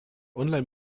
online